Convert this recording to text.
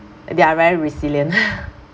they are very resilient